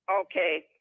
Okay